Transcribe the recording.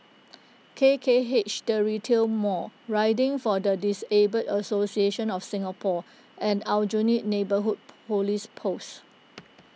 K K H the Retail Mall Riding for the Disabled Association of Singapore and Aljunied Neighbourhood Police Post